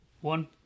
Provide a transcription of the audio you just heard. one